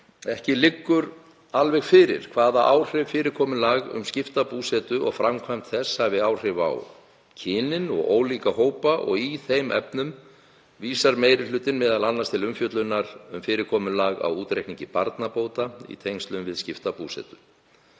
Ekki liggur alveg fyrir hvaða áhrif fyrirkomulag um skipta búsetu og framkvæmd þess hafi á kynin og ólíka hópa og í þeim efnum vísar meiri hlutinn m.a. til umfjöllunar um fyrirkomulag á útreikningi barnabóta í tengslum við skipta búsetu.